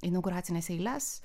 inauguracines eiles